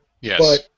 Yes